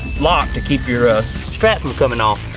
lock to keep your ah strap from coming off.